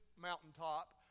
mountaintop